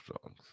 songs